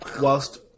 whilst